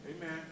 Amen